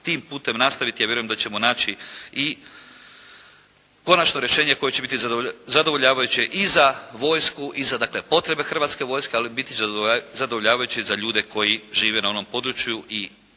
tim putem nastaviti. Ja vjerujem da ćemo naći i konačno rješenje koje će biti zadovoljavajuće i za vojsku i za dakle potrebe Hrvatske vojske, ali biti će zadovoljavajuće i za ljude koji žive na onom području i